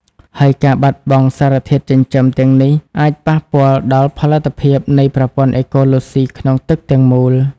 ហើយការបាត់បង់សារធាតុចិញ្ចឹមទាំងនេះអាចប៉ះពាល់ដល់ផលិតភាពនៃប្រព័ន្ធអេកូឡូស៊ីក្នុងទឹកទាំងមូល។